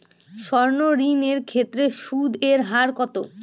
সর্ণ ঋণ এর ক্ষেত্রে সুদ এর হার কত?